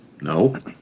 No